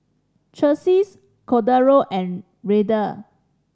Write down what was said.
Chelsi Cordero and Ryder